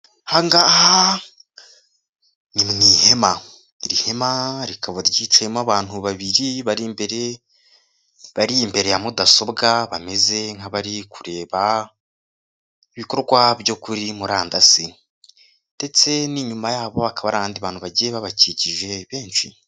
Aha ngaha ni mu ihema. Iri hema rikaba ryicayemo abantu babiri bari imbere bari imbere ya mudasobwa bameze nk'abari kureba ibikorwa byo kuri murandasi. Ndetse n'inyuma yabo hakaba hari abantu bagiye babakikije benshi.